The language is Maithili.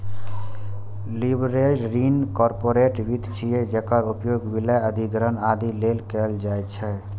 लीवरेज्ड ऋण कॉरपोरेट वित्त छियै, जेकर उपयोग विलय, अधिग्रहण, आदि लेल कैल जाइ छै